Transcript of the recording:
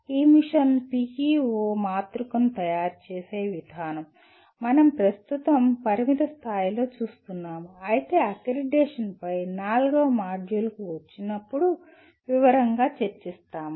ఈ mission PEO మాతృకను తయారుచేసే విధానం మనం ప్రస్తుతం పరిమిత స్థాయిలో చూస్తున్నాము అయితే అక్రెడిటేషన్పై నాల్గవ మాడ్యూల్కు వచ్చినప్పుడు వివరంగా చర్చిస్తాము